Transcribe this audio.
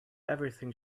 everything